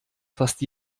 fast